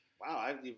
Wow